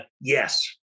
Yes